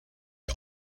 are